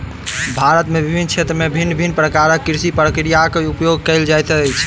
भारत में विभिन्न क्षेत्र में भिन्न भिन्न प्रकारक कृषि प्रक्रियाक उपयोग कएल जाइत अछि